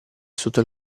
sotto